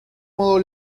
modo